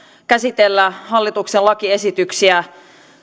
käsitellä hallituksen lakiesityksiä